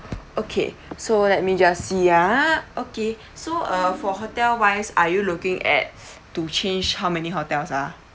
okay so let me just see ah okay so uh for hotel wise are you looking at to change how many hotels ah